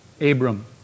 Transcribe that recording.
Abram